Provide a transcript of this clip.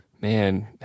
man